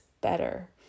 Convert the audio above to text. better